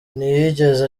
ntiyigeze